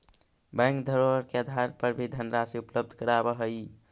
bank धरोहर के आधार पर भी धनराशि उपलब्ध करावऽ हइ